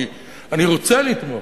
אני רוצה לתמוך.